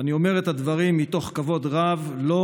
ואני אומר את הדברים מתוך כבוד רב לו,